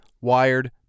Wired